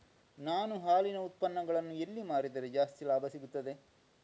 ನಾನು ಹಾಲಿನ ಉತ್ಪನ್ನಗಳನ್ನು ಎಲ್ಲಿ ಮಾರಿದರೆ ಜಾಸ್ತಿ ಲಾಭ ಸಿಗುತ್ತದೆ?